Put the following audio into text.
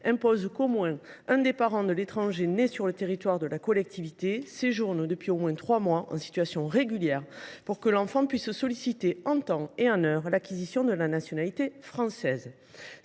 impose qu’au moins l’un des parents d’un enfant étranger né sur le territoire séjourne depuis au moins trois mois en situation régulière pour que cet enfant puisse solliciter, en temps et en heure, l’acquisition de la nationalité française.